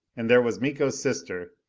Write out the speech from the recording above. and there was miko's sister,